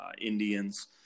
Indians